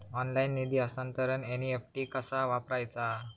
Online निधी हस्तांतरणाक NEFT कसा वापरायचा?